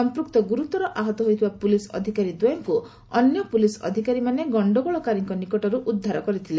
ସଂପୂକ୍ତ ଗୁରୁତର ଆହତ ହୋଇଥିବା ପୁଲିସ୍ ଅଧିକାରୀ ଦ୍ୱୟଙ୍କୁ ଅନ୍ୟ ପୁଲିସ୍ ଅଧିକାରୀମାନେ ଗଣ୍ଡଗୋଳକାରୀଙ୍କ ନିକଟରୁ ଉଦ୍ଧାର କରିଥିଲେ